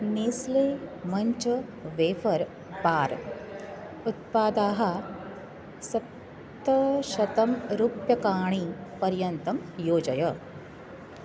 Nestle Munch wafer bar उत्पादाः सप्ताशतं रूप्यकाणि पर्यन्तं योजय